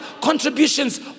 contributions